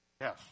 Yes